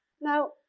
Now